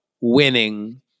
winning